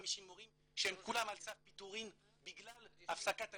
מורים שהם כולם על סף פיטורין בגלל הפסקת המימון,